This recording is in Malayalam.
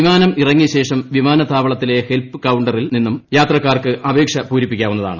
വിമാനം ഇറങ്ങിയ ശേഷം വിമാനത്താവളത്തിലെ ഹെൽത്ത് കൌണ്ടറിൽ ചെന്നും യാത്രക്കാർക്ക് അപേക്ഷ പൂരിപ്പിക്കാവുന്നതാണ്